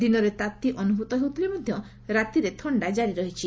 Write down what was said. ଦିନରେ ତାତି ଅନୁଭ୍ରତ ହେଉଥିଲେ ମଧ ରାତିରେ ଥଶ୍ତା କାରି ରହିଛି